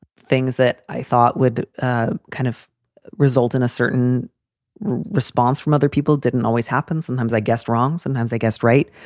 things that i thought would ah kind of result in a certain response from other people didn't always happens. and i guessed wrong. sometimes i guessed right.